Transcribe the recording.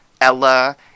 Ella